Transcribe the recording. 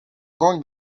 going